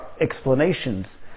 explanations